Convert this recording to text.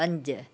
पंज